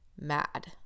mad